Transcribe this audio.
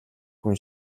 хүн